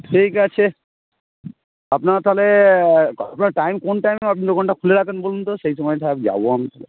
ঠিক আছে আপনার তাহলে আপনার টাইম কোন টাইমে আপনি দোকানটা খুলে রাখেন বলুন তো সেই সময় আমি তাহলে যাব আমি তাহলে